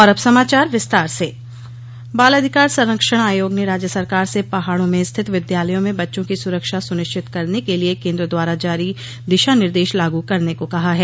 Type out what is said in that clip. दिशा निर्देश बाल अधिकार संरक्षण आयोग ने राज्य सरकार से पहाड़ों में स्थित विद्यालयों में बच्चों की सुरक्षा सुनिश्चित करने के लिए केंद्र द्वारा जारी दिशा निर्देश लागू करने को कहा है